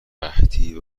قحطی